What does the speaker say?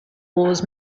laws